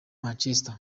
manchester